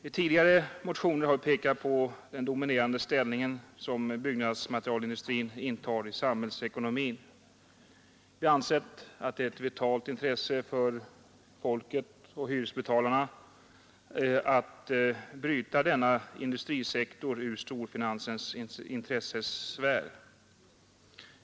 I tidigare motioner har vi pekat på den dominerande ställning som byggnadsmaterialindustrin intar i samhällsekonomin. Vi har ansett att det är ett vitalt intresse för folket och hyresbetalarna att bryta denna industrisektor ur storfinansens intressesfär.